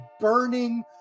burning